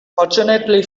fortunately